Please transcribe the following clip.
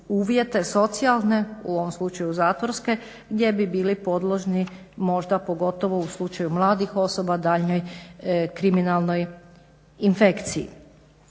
uvjete socijalne, u ovom slučaju zatvorske gdje bi bili podložni možda pogotovo u slučaju mladih osoba daljnjoj kriminalnoj infekciji.